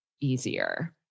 easier